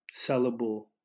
sellable